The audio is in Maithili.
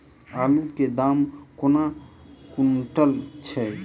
आलु केँ दाम केना कुनटल छैय?